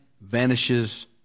vanishes